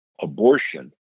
Abortion